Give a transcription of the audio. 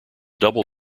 double